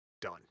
Done